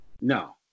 no